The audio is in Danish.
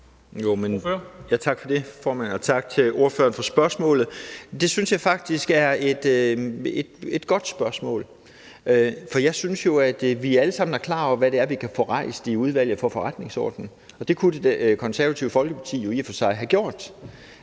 det, formand, og tak til ordføreren for spørgsmålet. Det synes jeg faktisk er et godt spørgsmål, for jeg synes jo, at vi alle sammen er klar over, hvad det er, vi kan få rejst i Udvalget for Forretningsordenen. Det kunne Det Konservative Folkeparti jo i og for sig have gjort.